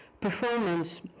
performance